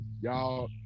Y'all